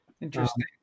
Interesting